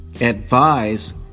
advise